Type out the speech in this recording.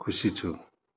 खुसी छु